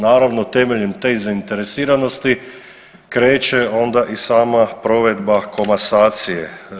Naravno temeljem te zainteresiranosti kreće onda i sama provedba komasacije.